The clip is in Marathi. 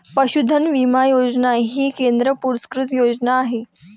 पशुधन विमा योजना ही केंद्र पुरस्कृत योजना आहे